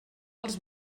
els